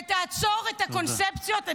ותעצור את הקונספציות -- תודה.